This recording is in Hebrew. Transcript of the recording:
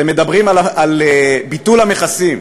אתם מדברים על ביטול המכסים.